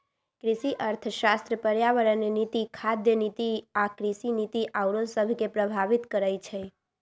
कृषि अर्थशास्त्र पर्यावरण नीति, खाद्य नीति आ कृषि नीति आउरो सभके प्रभावित करइ छै